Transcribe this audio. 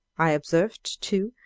i observed, too,